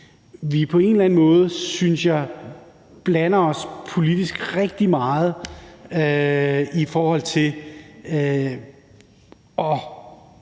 os på en eller anden måde, synes jeg, politisk rigtig meget i forhold til at